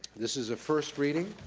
this is a first reading.